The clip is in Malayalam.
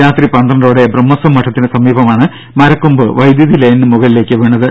രാത്രി പന്ത്രണ്ടോടെ ബ്രഹ്മസ്വം മഠത്തിന് സമീപമാണ് മരക്കൊമ്പ് വൈദ്യുതി ലൈനിന് മുകളിലേക്ക് വീണത്